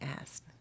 asked